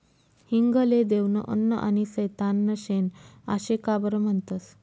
हिंग ले देवनं अन्न आनी सैताननं शेन आशे का बरं म्हनतंस?